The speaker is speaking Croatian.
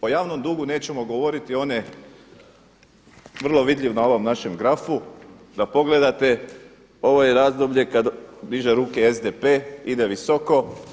O javnom dugu nećemo govoriti on je vrlo vidljiv na ovom našem grafu da pogledate, ovo je razdoblje kada diže ruke SDP, ide visoko.